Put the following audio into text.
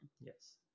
yes